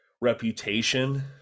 Reputation